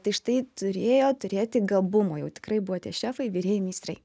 tai štai turėjo turėti gabumų jau tikrai buvo tie šefai virėjai meistrai